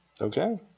Okay